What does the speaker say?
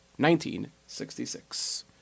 1966